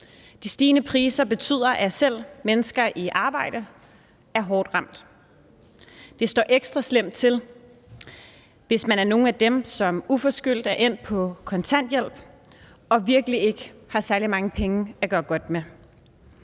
De stigende priser betyder, at selv mennesker i arbejde er hårdt ramt. Det står ekstra slemt til, hvis man er nogle af dem, som uforskyldt er endt på kontanthjælp og virkelig ikke har særlig mange penge at gøre godt med.